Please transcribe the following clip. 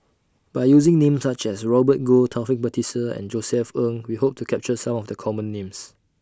By using Names such as Robert Goh Taufik Batisah and Josef Ng We Hope to capture Some of The Common Names